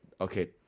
Okay